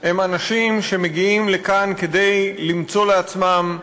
הם אנשים שמגיעים לכאן כדי למצוא לעצמם פרנסה,